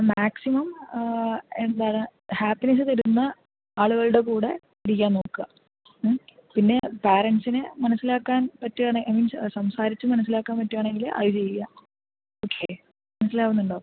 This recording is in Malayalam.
മാക്സിമം എന്താണ് ഹാപ്പിനെസ്സ് തരുന്ന ആളുകളുടെ കൂടെ ഇരിക്കാൻ നോക്കുക പിന്നെ പാരന്റ്സിനെ മനസ്സിലാക്കാൻ പറ്റുകയാണെങ്കിൽ എന്നു വച്ചാൽ സംസാരിച്ച് മനസ്സിലാക്കാൻ പറ്റുകയാണെങ്കിൽ അത് ചെയ്യുക ഓക്കെ മനസ്സിലാവുന്നുണ്ടോ